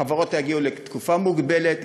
החברות יגיעו לתקופה מוגבלת,